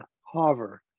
hover